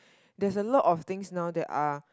there's a lot of things now that are